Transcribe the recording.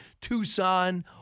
Tucson